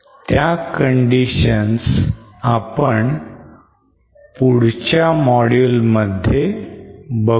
त्या conditions आपण पुढच्या module मध्ये बघू